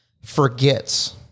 forgets